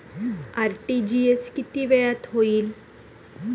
RTGS किती वेळात होईल?